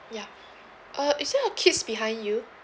ya uh is there a kids behind you